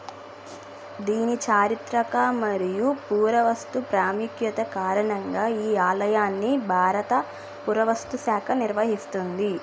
దీని చారిత్రక మరియు పురావస్తు ప్రాముఖ్యత కారణంగా ఈ ఆలయాన్ని భారత పురావస్తు శాఖ నిర్వహిస్తుంది